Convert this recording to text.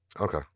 Okay